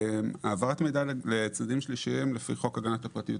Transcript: העברת מידע לצדדים שלישיים אסור לפי חוק הגנת הפרטיות,